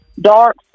dark